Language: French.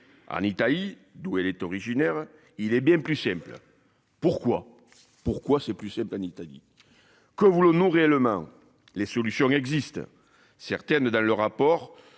en Italie d'où elle est originaire. Il est bien plus simple. Pourquoi, pourquoi c'est plus sympa d'Italie. Que vous le nom réellement les solutions existent, certaines dans le rapport.